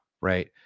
right